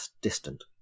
distant